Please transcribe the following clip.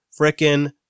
Frickin